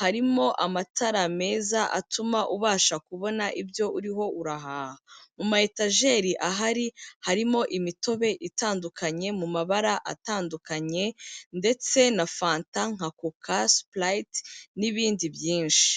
harimo amatara meza atuma ubasha kubona ibyo uriho urahaha, mu matayejeri ahari harimo imitobe itandukanye mu mabara atandukanye ndetse na fanta nka koka, sipurayiti n'ibindi byinshi.